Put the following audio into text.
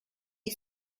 est